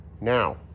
Now